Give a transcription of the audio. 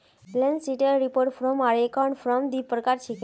balance शीटेर report form आर account form दी प्रकार छिके